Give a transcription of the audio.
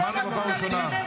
שמענו בפעם הראשונה.